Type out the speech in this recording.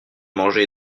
manger